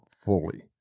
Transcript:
fully